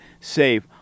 safe